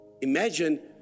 Imagine